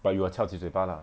but you will 翘起嘴巴 ah